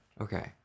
okay